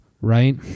right